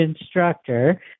instructor